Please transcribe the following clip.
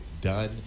done